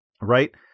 Right